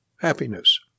happiness